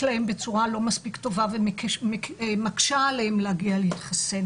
להם בצורה לא מספיק טובה ומקשה עליהם להגיע להתחסן